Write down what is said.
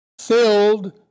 filled